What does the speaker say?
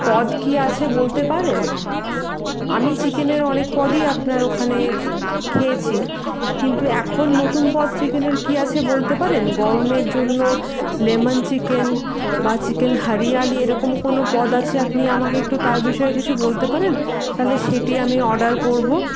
পদ কী আছে বলতে পারেন আমি চিকেনের অনেক পদই আপনার ওখানে খেয়েছি কিন্তু এখন নতুন পদ চিকেনের কী আছে বলতে পারেন গরমের জন্য লেমন চিকেন বা চিকেন হরিয়ালি এরকম কোনো পদ আছে আপনি আমাকে একটু তার বিষয়ে কিছু বলতে পারেন তাহলে সেটি আমি অর্ডার করব